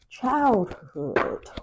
childhood